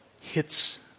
hits